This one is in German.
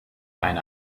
eine